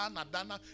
Nadana